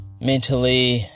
mentally